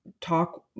talk